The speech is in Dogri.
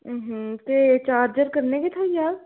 ते चार्जर कन्नै गै थ्होई जाह्ग